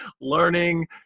learning